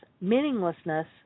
meaninglessness